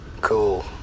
Cool